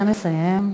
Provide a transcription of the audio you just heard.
נא לסיים,